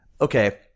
Okay